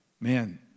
Man